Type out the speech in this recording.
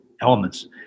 elements